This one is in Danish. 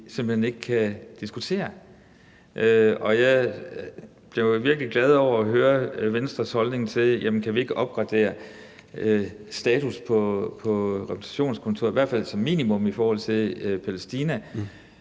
simpelt hen ikke kan diskutere. Jeg blev virkelig glad over at høre Venstres holdning, altså om ikke vi kan opgradere status på repræsentationskontoret i hvert fald som minimum i forhold til Palæstinas.